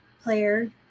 player